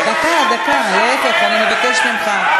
דקה, דקה, אני מבקשת ממך.